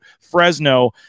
Fresno